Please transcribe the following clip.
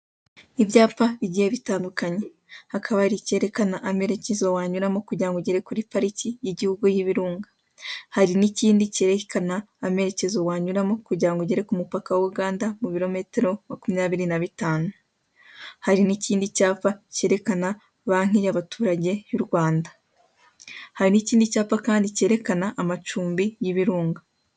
Ibyapa bigiye bitandukanye, hakaba hari ikerekana amerekezo wanyuramo kugira ngo ugere kuri pariki y'igihugu y'ibirunga. Hari n'ikindi kerekana amerekezo wanyuramo kugira ngo ugere ku mupaka wa Uganda mu birometero makumyabiri na bitanu. Hari n'ikindi cyapa kerekana banki y'abaturage y'u Rwanda. Hari n'ikindi cyapa kandi kerekana amacumbi y'ibirunga.